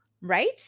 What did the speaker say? Right